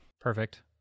Perfect